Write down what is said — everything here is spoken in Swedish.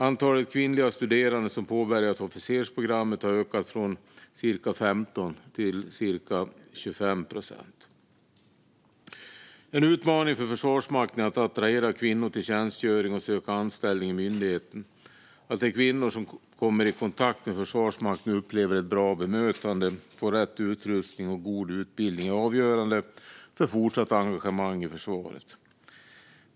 Antalet kvinnliga studerande som påbörjat officersprogrammet har ökat från cirka 15 procent till cirka 25 procent. En utmaning för Försvarsmakten är att attrahera kvinnor till tjänstgöring och till att söka anställning i myndigheten. Att de kvinnor som kommer i kontakt med Försvarsmakten upplever ett bra bemötande och får rätt utrustning och god utbildning är avgörande för ett fortsatt engagemang i försvaret.